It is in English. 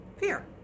Fear